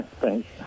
Thanks